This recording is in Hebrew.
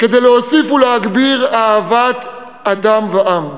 כדי להוסיף ולהגביר אהבת אדם ועם,